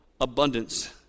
abundance